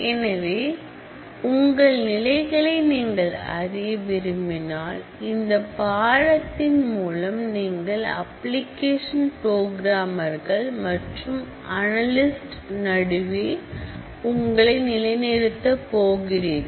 எனவே உங்கள் நிலைகளை நீங்கள் அறிய விரும்பினால் இந்த பாடத்திட்டத்தின் மூலம் நீங்கள் அப்ளிகேஷன் புரோகிராமர்கள் மற்றும் அனலிஸ்ட் நடுவே உங்களை நிலைநிறுத்தப் போகிறீர்கள்